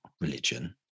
religion